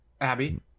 Abby